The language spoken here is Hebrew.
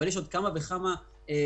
אבל יש עוד כמה וכמה ניואנסים